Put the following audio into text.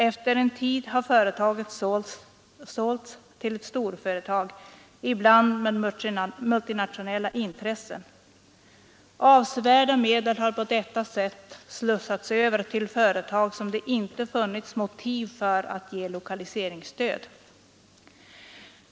Efter en tid har företaget sålts till ett storföretag, ibland med multinationella intressen. Avsevärda summor har på detta sätt slussats över till företag som det inte funnits motiv att ge lokaliseringsstöd.